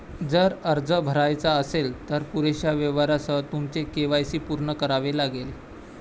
जर अर्ज भरायचा असेल, तर पुरेशा पुराव्यासह तुमचे के.वाय.सी पूर्ण करावे लागेल